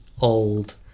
old